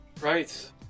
Right